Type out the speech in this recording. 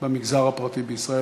במגזר הפרטי בישראל.